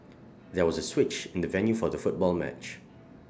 there was switch in the venue for the football match